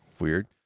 weird